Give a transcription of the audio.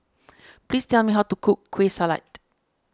please tell me how to cook Kueh Salat